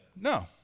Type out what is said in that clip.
no